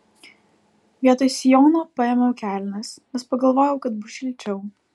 vietoj sijono paėmiau kelnes nes pagalvojau kad bus šilčiau